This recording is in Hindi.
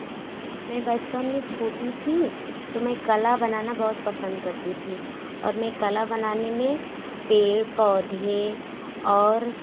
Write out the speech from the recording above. मैं बचपन में छोटी थी तो मैं कला बनाना बहुत पसंद करती थी और मैं कला बनाने में पेड़ पौधे और